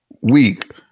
week